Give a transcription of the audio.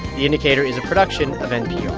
the indicator is a production of npr